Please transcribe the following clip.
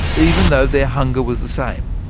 even though their hunger was the same.